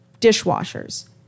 dishwashers